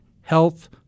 health